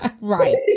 Right